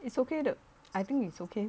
it's okay 的 I think it's okay